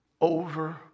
over